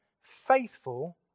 faithful